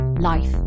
life